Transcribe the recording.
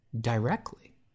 directly